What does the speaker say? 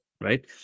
right